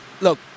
Look